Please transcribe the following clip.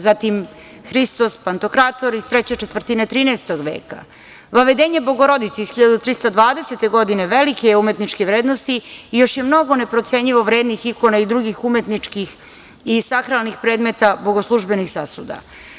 Zatim, Hristos Pantokrator iz treće četvrtine 13. veka, Vavedenje Bogorodice iz 1320. godine velike je umetničke vrednosti i još je mnogo neprocenjivo vrednih ikona i drugih umetničkih i sakralnih predmeta, bogoslužbenih sasuda.